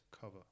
cover